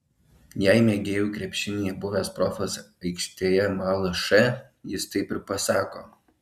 jei mėgėjų krepšinyje buvęs profas aikštėje mala š jis taip ir pasako